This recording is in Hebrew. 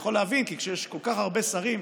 אני יכול להבין, כי כשיש כל כך הרבה שרים,